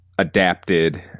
adapted